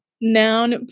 Noun